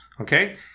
Okay